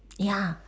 ya